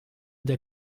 der